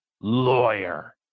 Lawyer